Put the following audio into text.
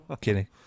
kidding